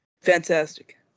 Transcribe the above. Fantastic